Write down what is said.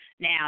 Now